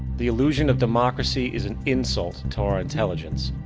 the illusion of democracy is an insult to our intelligence.